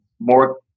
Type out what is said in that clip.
more